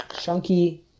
chunky